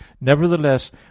nevertheless